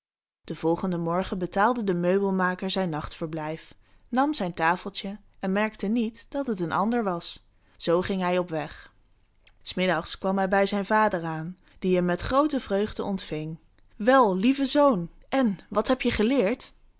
den volgenden morgen betaalde de meubelmaker zijn nachtverblijf nam zijn tafeltje en merkte niet dat het een ander was zoo ging hij op weg s middags kwam hij bij zijn vader aan die hem met groote vreugde ontving wel lieve zoon en wat heb je geleerd